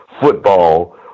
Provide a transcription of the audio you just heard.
football